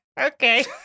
Okay